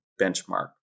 benchmark